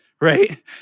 right